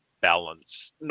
balance